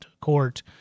court